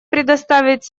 предоставить